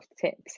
tips